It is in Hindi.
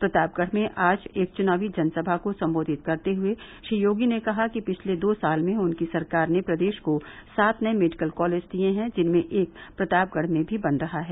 प्रतापगढ़ में आज एक चुनावी जनसभा को सम्बोधित करते हुये श्री योगी ने कहा कि पिछले दो साल में उनकी सरकार ने प्रदेश को सात नये मेडिकल कॉलेज दिये हैं जिनमें एक प्रतापगढ़ में भी बन रहा है